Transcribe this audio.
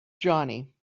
johnny